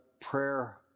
prayer